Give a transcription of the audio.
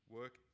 work